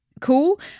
cool